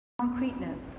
concreteness